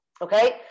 okay